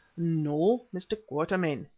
no, mr. quatermain,